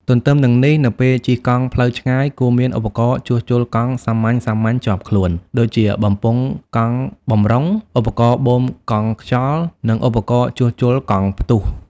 ទទ្ទឹមនឹងនេះ នៅពេលជិះកង់ផ្លូវឆ្ងាយ គួរមានឧបករណ៍ជួសជុលកង់សាមញ្ញៗជាប់ខ្លួន ដូចជា បំពង់កង់បម្រុង ឧបករណ៍បូមកង់ខ្យល់ និងឧបករណ៍ជួសជុលកង់ផ្ទុះ។